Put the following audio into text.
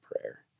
prayer